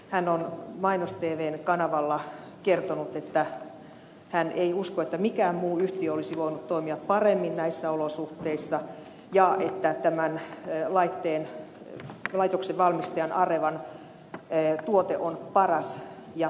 hän on mainos tvn kanavalla kertonut että hän ei usko että mikään muu yhtiö olisi voinut toimia paremmin näissä olosuhteissa ja että tämän laitoksen valmistajan arevan tuote on paras ja turvallisin